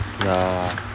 ya